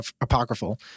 apocryphal